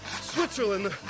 switzerland